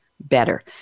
better